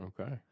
Okay